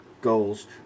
goals